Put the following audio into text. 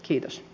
kiitos